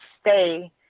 stay